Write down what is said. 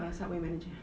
ah subway manager